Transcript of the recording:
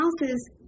houses